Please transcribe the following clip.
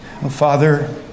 Father